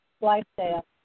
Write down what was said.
lifestyle